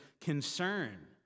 concern